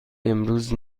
امروز